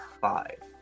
five